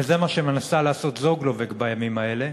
וזה מה שמנסה לעשות "זוגלובק" בימים האלה,